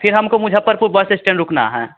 फ़िर हमको Muzaffarpur bus stand रुकना है